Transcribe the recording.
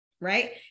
right